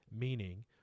Meaning